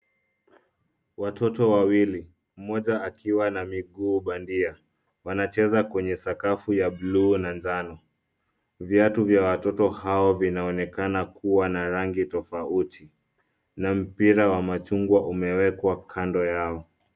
Watoto wawili, mmoja akiwa na miguu bandia, wanacheza kwenye sakafu ya buluu na njano. Viatu vya watoto hao vinaonekana kuwa na rangi tofauti, na mpira wa machungwa umewekwa kando yao.